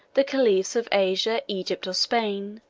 the caliphs of asia, egypt, or spain,